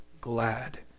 glad